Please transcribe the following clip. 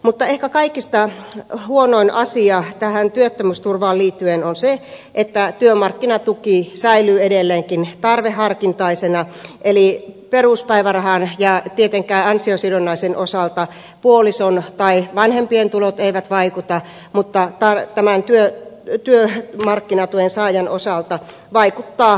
mutta ehkä kaikista huonoin asia tähän työttömyysturvaan liittyen on se että työmarkkinatuki säilyy edelleenkin tarveharkintaisena eli peruspäivärahan ja tietenkään ansiosidonnaisen osalta puolison tai vanhempien tulot eivät vaikuta mutta työmarkkinatuen saajan osalta vaikuttavat ja kovasti